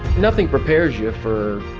nothing prepares you for